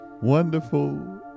wonderful